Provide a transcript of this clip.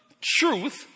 truth